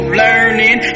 learning